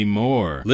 more